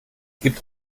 gibt